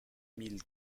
mille